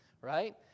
Right